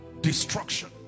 destruction